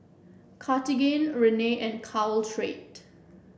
Cartigain Rene and Caltrate